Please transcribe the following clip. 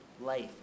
life